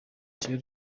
touré